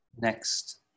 Next